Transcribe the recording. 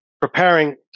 preparing